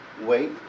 wait